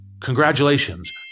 congratulations